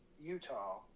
Utah